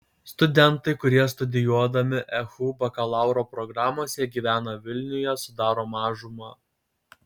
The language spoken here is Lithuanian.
studentai kurie studijuodami ehu bakalauro programose gyvena vilniuje sudaro mažumą